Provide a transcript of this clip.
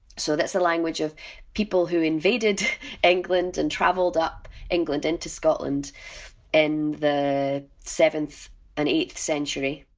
so that's the language of people who invaded england and traveled up england into scotland in the seventh and eighth century.